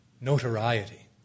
notoriety